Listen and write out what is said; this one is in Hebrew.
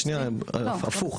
שנייה הפוך,